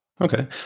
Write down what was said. Okay